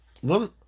One